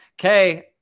Okay